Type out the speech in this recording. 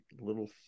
little